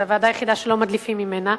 זו הוועדה היחידה שלא מדליפים ממנה,